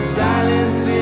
silence